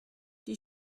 die